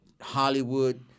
Hollywood